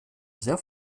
sehr